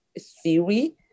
theory